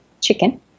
chicken